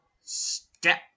step